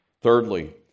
Thirdly